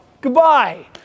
goodbye